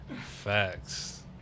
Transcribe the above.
Facts